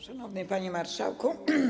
Szanowny Panie Marszałku!